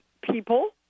people